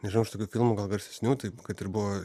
nežinau iš tokių filmų gal garsesnių taip kad ir buvo